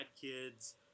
Kids